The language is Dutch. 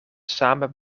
samen